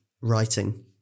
writing